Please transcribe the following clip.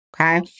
okay